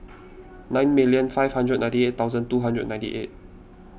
nine million five hundred ninety eight thousand two hundred and ninety eight